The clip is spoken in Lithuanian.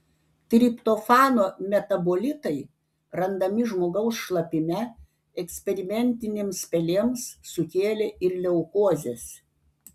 triptofano metabolitai randami žmogaus šlapime eksperimentinėms pelėms sukėlė ir leukozes